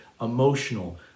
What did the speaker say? emotional